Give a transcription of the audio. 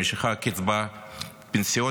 במשיכת הקצבה הפנסיונית,